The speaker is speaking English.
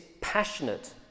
passionate